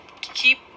keep